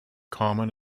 common